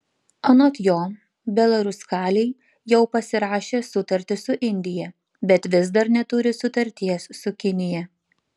anot jo belaruskalij jau pasirašė sutartį su indija bet vis dar neturi sutarties su kinija